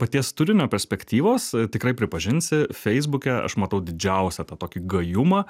paties turinio perspektyvos tikrai pripažinsi feisbuke aš matau didžiausią tą tokį gajumą